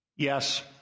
Yes